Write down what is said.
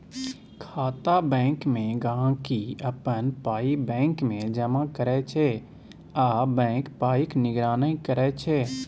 खाता बैंकमे गांहिकी अपन पाइ बैंकमे जमा करै छै आ बैंक पाइक निगरानी करै छै